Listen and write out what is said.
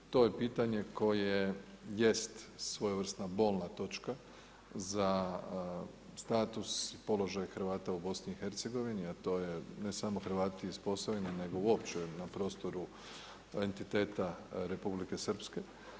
To je pitanje koje jest svojevrsna bolna točka, za status položaj Hrvata u BIH, a to je, ne samo Hrvati iz Posavine, nego uopće na jednom prostoru entiteta Republike Srpske.